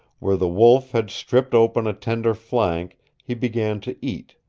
where the wolf had stripped open a tender flank he began to eat,